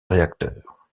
réacteur